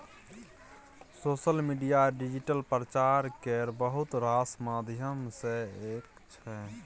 social media digital प्रचार केर बहुत रास माध्यम मे सँ एक छै